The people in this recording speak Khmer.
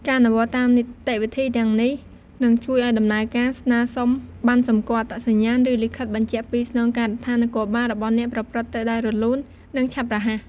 ការអនុវត្តតាមនីតិវិធីទាំងនេះ នឹងជួយឲ្យដំណើរការស្នើសុំប័ណ្ណសម្គាល់អត្តសញ្ញាណ ឬលិខិតបញ្ជាក់ពីស្នងការដ្ឋាននគរបាលរបស់អ្នកប្រព្រឹត្តទៅដោយរលូន និងឆាប់រហ័ស។